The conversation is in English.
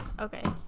Okay